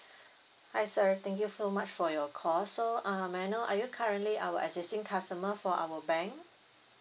hi sir thank you so much for your call so uh may I know are you currently our existing customer for our bank